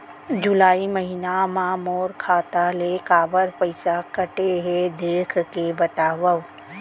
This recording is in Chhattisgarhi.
जुलाई महीना मा मोर खाता ले काबर पइसा कटे हे, देख के बतावव?